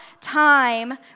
time